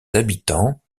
habitants